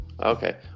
okay